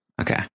Okay